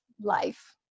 life